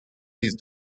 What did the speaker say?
these